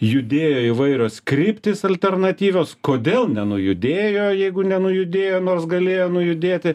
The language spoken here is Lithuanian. judėjo įvairios kryptys alternatyvios kodėl nenujudėjo jeigu nenujudėjo nors galėjo nujudėti